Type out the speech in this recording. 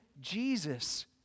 Jesus